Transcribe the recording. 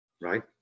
right